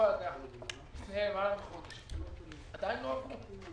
ובוועדה לפני יומיים ועדיין לא עברו.